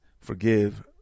forgive